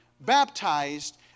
baptized